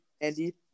Andy